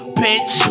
bitch